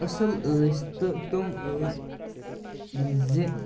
اصٕل ٲسۍ تہٕ تِم ٲسۍ زِ